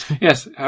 Yes